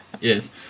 yes